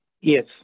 Yes